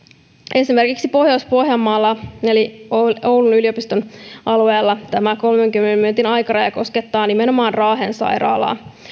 esimerkiksi pohjois pohjanmaalla eli oulun yliopiston sairaalan alueella tämä kolmenkymmenen minuutin aikaraja koskettaa nimenomaan raahen sairaalaa